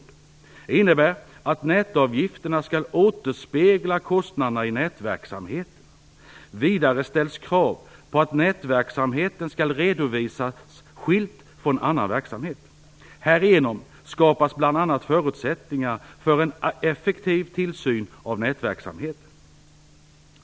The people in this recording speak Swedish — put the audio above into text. Det innebär att nätavgifterna skall återspegla kostnaderna i nätverksamheten. Vidare ställs krav på att nätverksamhet skall redovisas skilt från annan verksamhet. Härigenom skapas bl.a. förutsättningar för en effektiv tillsyn av nätverksamheten.